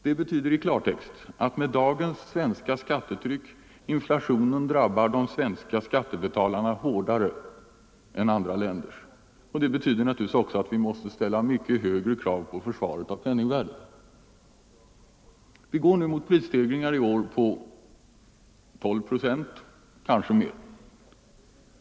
Det betyder i klartext att med dagens svenska skattetryck inflationen drabbar de svenska skattebetalarna hårdare än andra länders. Det betyder naturligtvis också att vi måste ställa mycket högre krav på försvaret av penningvärdet. Vi går i år mot prisstegringar på 12 procent, kanske mer.